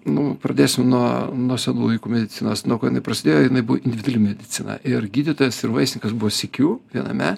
nu pradėsim nuo nuo senų laikų medicinos nuo ko jinai prasidėjo jinai buvo individuali medicina ir gydytojas ir vaistinikas buvo sykiu viename